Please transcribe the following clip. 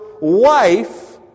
wife